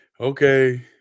Okay